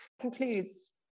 concludes